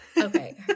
okay